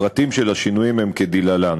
הפרטים של השינויים הם כדלהלן: